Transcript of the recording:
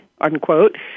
unquote